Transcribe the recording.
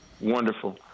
Wonderful